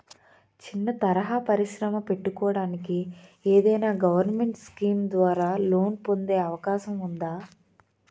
చిన్న తరహా పరిశ్రమ పెట్టుకోటానికి ఏదైనా గవర్నమెంట్ స్కీం ద్వారా లోన్ పొందే అవకాశం ఉందా?